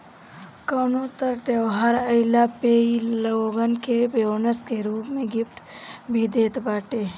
कवनो तर त्यौहार आईला पे इ लोगन के बोनस के रूप में गिफ्ट भी देत बाटे